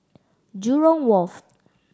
Jurong Wharf